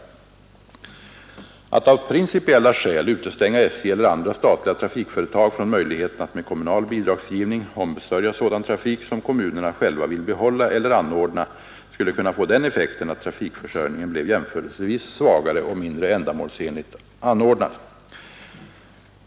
Att av principiella skäl utestänga SJ eller andra statliga trafikföretag från möjligheten att med kommunal bidragsgivning ombesörja sådan trafik, som kommunerna själva vill behålla eller anordna, skulle kunna få den effekten att trafikförsörjningen blev jämförelsevis svagare och mindre ändamålsenligt anordnad.